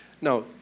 Now